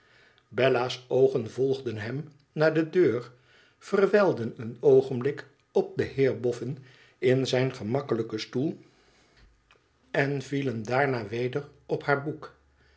bella's oogen volgden hem naar de deur verwijlden een oogenblik op den heer boffin in zijn gemakkelijken stoel en vielen daarna weder op haar boek